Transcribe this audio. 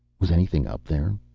was anything up there?